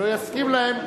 לא יסכים להם,